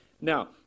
Now